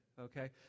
okay